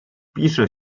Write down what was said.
pisze